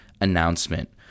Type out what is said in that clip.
announcement